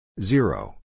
zero